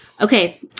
Okay